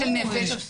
בנפש,